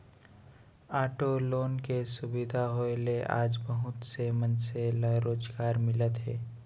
auto loan के सुबिधा होए ले आज बहुत से मनसे ल रोजगार मिलत हे